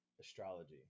astrology